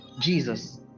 jesus